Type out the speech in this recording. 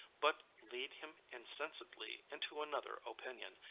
but lead him insensibly into another opinion,